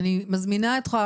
אני מזמינה אותך,